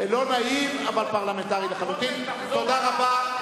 תודה רבה.